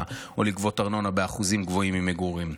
או לגבות ארנונה באחוזים גבוהים ממגורים.